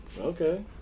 Okay